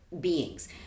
beings